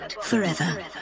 forever